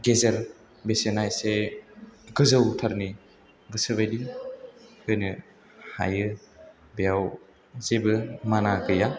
गेजेर बेसेना एसे गोजौथारनि गोसो बादि होनो हायो बेयाव जेबो माना गैया